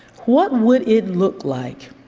what would it look like?